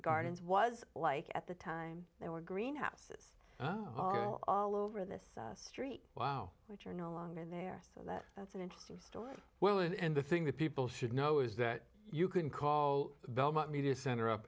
gardens was like at the time there were green houses all over this street wow which are no longer there so that that's an interesting story well and the thing that people should know is that you can call the media center up